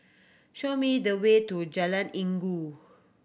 show me the way to Jalan Inggu